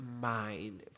mind